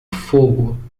fogo